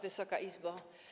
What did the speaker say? Wysoka Izbo!